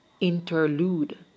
interlude